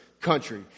country